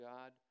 God